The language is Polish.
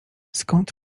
skąd